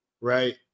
right